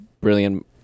brilliant